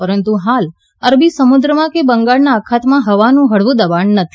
પરંતુ હાલ અરબી સમુદ્રમાં કે બંગાળના અખાતમાં હવાનું હળવું દબાણ નથી